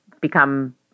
become